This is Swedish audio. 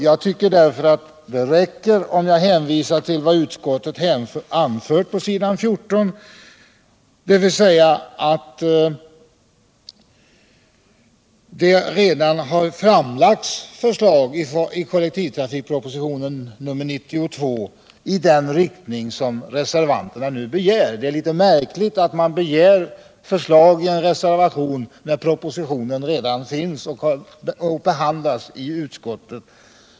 Jag tycker därför det räcker med att hänvisa till vad utskottet anför på s. 14, dvs. att det redan framlagts ett förslag i kollektivtrafikpropositionen, med nr 92, i den riktning som reservanterna nu önskar. Det är litet märkligt att begära ett förslag i en reservation när propositionen finns och har tagits upp i utskottsbetänkandet.